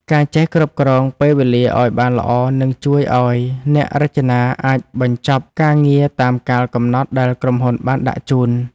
ការចេះគ្រប់គ្រងពេលវេលាឱ្យបានល្អនឹងជួយឱ្យអ្នករចនាអាចបញ្ចប់ការងារតាមកាលកំណត់ដែលក្រុមហ៊ុនបានដាក់ជូន។